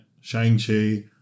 Shang-Chi